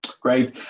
Great